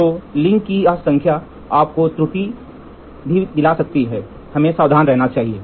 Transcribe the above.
तो लिंक की यह संख्या आपको त्रुटि के लिए भी ले जा सकती है हमें सावधान रहना चाहिए